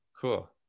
cool